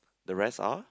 the rest are